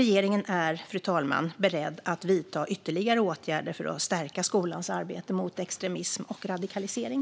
Regeringen är beredd att vidta ytterligare åtgärder för att stärka skolans arbete mot extremism och radikalisering.